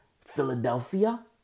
Philadelphia